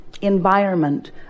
environment